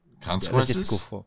Consequences